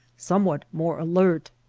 somewhat more alert.